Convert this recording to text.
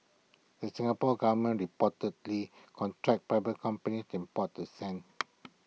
the Singapore Government reportedly contracts private companies to import the sand